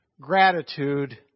gratitude